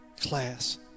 Class